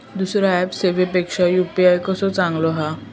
दुसरो ऍप सेवेपेक्षा यू.पी.आय कसो चांगलो हा?